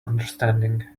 understanding